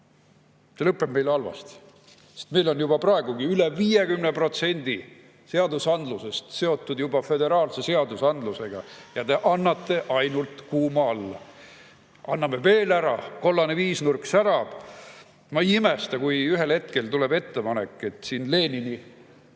See lõpeb meile halvasti. Meil on juba praegugi üle 50% seadusandlusest seotud föderaalse seadusandlusega ja te annate ainult kuuma juurde. Anname veel ära! Kollane viisnurk särab! Ma ei imesta, kui ühel hetkel tuleb ettepanek panna kunagise